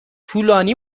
طولانی